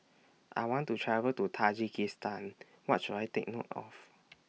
I want to travel to Tajikistan What should I Take note of